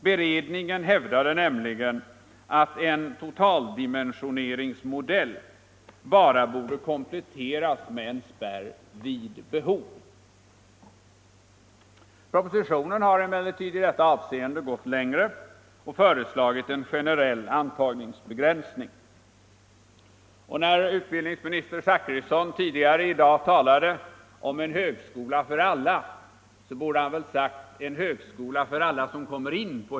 Beredningen hävdade nämligen att en totaldimensioneringsmodell bara borde kompletteras med en spärr vid behov. Propositionen har emellertid i detta avseende gått längre och föreslagit en generell antagningsbegränsning. När utbildningsminister Zachrisson tidigare i dag talade om en högskola för alla, borde han ha sagt att det gällde en högskola för alla dem som kommer in.